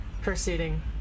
Proceeding